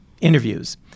interviews